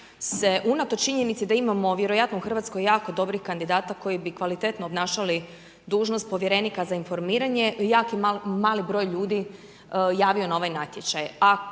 se unatoč činjenici, da imamo vjerojatno u Hrvatskoj, jako dobrih kandidata, koji bi kvalitetno obnašali dužnost povjerenika za informiranje, jako mali broj ljudi javio na ovaj natječaj.